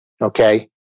Okay